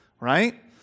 right